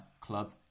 club